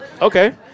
Okay